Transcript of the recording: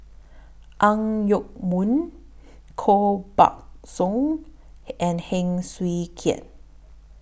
Ang Yoke Mooi Koh Buck Song and Heng Swee Keat